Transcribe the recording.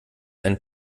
ein